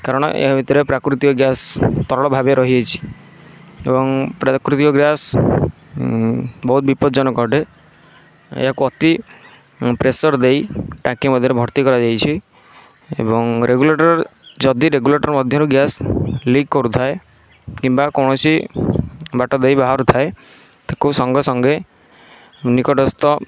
କାରଣ ଏହା ଭିତରେ ପ୍ରାକୃତିକ ଗ୍ୟାସ୍ ତରଳ ଭାବେ ରହିଅଛି ଏଵଂ ପ୍ରାକୃତିକ ଗ୍ୟାସ୍ ବହୁତ ବିପଦ ଜନକ ଅଟେ ଏହାକୁ ଅତି ପ୍ରେସର୍ ଦେଇ ଟାଙ୍କି ମଧ୍ୟରେ ଭର୍ତ୍ତି କରାଯାଇଛି ଏବଂ ରେଗୁଲେଟର୍ ଯଦି ରେଗୁଲେଟର୍ ମଧ୍ୟରୁ ଗ୍ୟାସ ଲିକ୍ କରୁଥାଏ କିମ୍ବା କୌଣସି ବାଟଦେଇ ବାହାରୁଥାଏ ତାକୁ ସଙ୍ଗେସଙ୍ଗେ ନିକଟସ୍ଥ